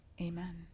amen